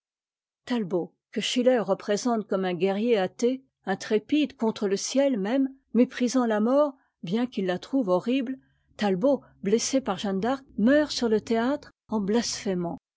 que schiller représente comme un guer rier athée intrépide contre le ciel même méprisant la mort bien qu'il la trouve horrible talbot blessé par jeanne d'arc meurt sur le théâtre ert blasphémant